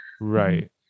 Right